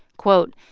quote,